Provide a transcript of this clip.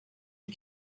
you